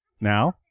Now